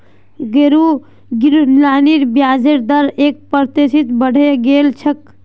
गृह लोनेर ब्याजेर दर एक प्रतिशत बढ़े गेल छेक